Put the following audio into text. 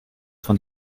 von